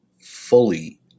fully